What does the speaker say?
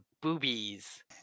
boobies